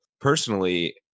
personally